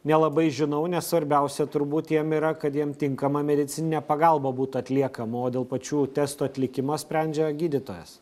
nelabai žinau nes svarbiausia turbūt jiem yra kad jiem tinkama medicininė pagalba būtų atliekama o dėl pačių testų atlikimo sprendžia gydytojas